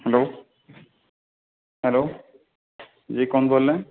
hello hello جی کون بول رہے ہیں